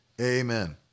Amen